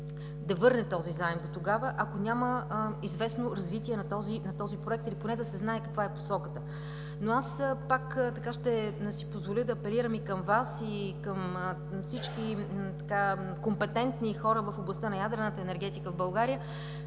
да върне този заем до тогава, ако няма известно развитие на този проект или поне да се знае каква е посоката. Пак ще си позволя да апелирам и към Вас, и към всички компетентни хора в областта на ядрената енергетика в България: